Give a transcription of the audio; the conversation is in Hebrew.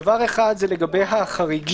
דבר אחד זה לגבי החריגים.